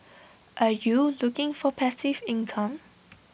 are you looking for passive income